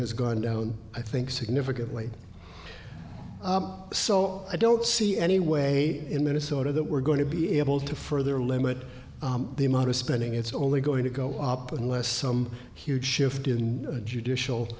has gone down i think significantly so i don't see any way in minnesota that we're going to be able to further limit the amount of spending it's only going to go up unless some huge shift in judicial